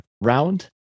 round